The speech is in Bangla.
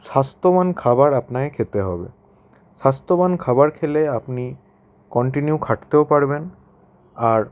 স্বাস্থ্যবান খাবার আপনাকে খেতে হবে স্বাস্থ্যবান খাবার খেলে আপনি কন্টিনিউ খাটতেও পারবেন আর